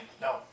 no